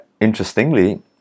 Interestingly